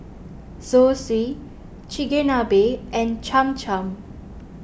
Zosui Chigenabe and Cham Cham